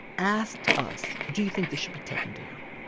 asked us do you think this should be taken down?